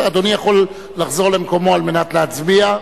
אדוני יכול לחזור למקומו כדי להצביע.